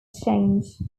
change